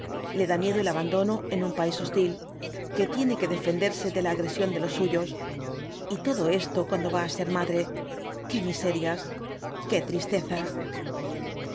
le da miedo el abandono en un país hostil que tiene que defenderse de la agresión de los suyos y todo esto cuando va á ser madre quémiserias qué tristezas